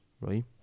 right